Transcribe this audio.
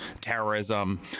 terrorism